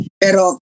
Pero